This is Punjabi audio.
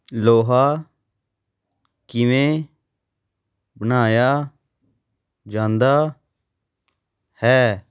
ਲੋਹਾ ਕਿਵੇਂ ਬਣਾਇਆ ਜਾਂਦਾ ਹੈ